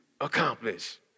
accomplish